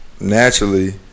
naturally